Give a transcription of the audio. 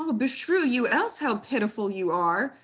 um beshrew you else, how pitiful you are,